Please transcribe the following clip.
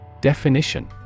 Definition